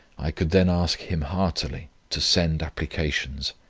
i could then ask him heartily, to send applications.